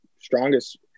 strongest